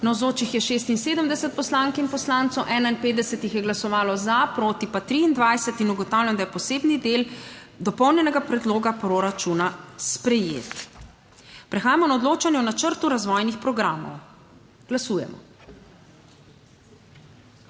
Navzočih je 76 poslank in poslancev, 51 jih je glasovalo za, proti pa 23. (Za je glasovalo 51.) (Proti 23.) Ugotavljam, da je posebni del dopolnjenega predloga proračuna sprejet. Prehajamo na odločanje o načrtu razvojnih programov. Glasujemo.